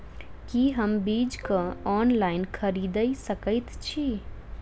की हम बीज केँ ऑनलाइन खरीदै सकैत छी?